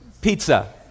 pizza